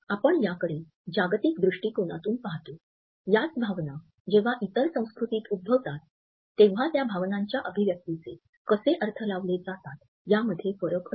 आपण याकडे जागतिक दृष्टिकोनातून पाहतो याच भावना जेव्हा इतर संस्कृतीत उद्भवतात तेव्हा त्या भावनांच्या अभिव्यक्तिचे कसे अर्थ लावले जातात यामध्ये फरक असतो